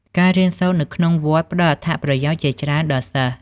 ការរៀនសូត្រនៅក្នុងវត្តផ្ដល់អត្ថប្រយោជន៍ជាច្រើនដល់សិស្ស។